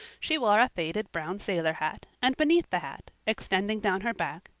she wore a faded brown sailor hat and beneath the hat, extending down her back,